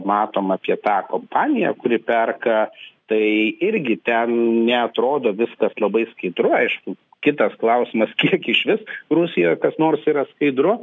matom apie tą kompaniją kuri perka tai irgi ten neatrodo viskas labai skaidru aišku kitas klausimas kiek išvis rusijoj kas nors yra skaidru